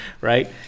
right